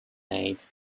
mate